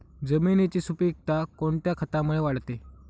जमिनीची सुपिकता कोणत्या खतामुळे वाढते?